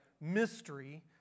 mystery